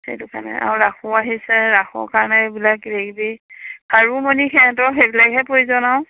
সেইটো কাৰণে আৰু ৰাসো আহিছে ৰাসৰ কাৰণে এইবিলাক কিবাকিবি খাৰু মণি সিহঁতৰ সেইবিলাকহে প্ৰয়োজন আৰু